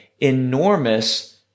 enormous